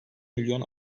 milyon